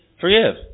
Forgive